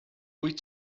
wyt